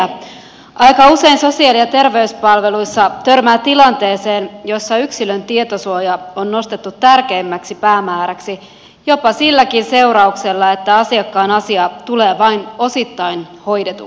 aika usein sosiaali ja terveyspalveluissa törmää tilanteeseen jossa yksilön tietosuoja on nostettu tärkeimmäksi päämääräksi jopa silläkin seurauksella että asiakkaan asia tulee vain osittain hoidetuksi